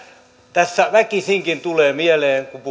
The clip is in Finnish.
tässä väkisinkin tulee mieleen kun puhutaan